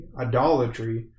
idolatry